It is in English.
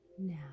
now